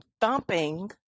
thumping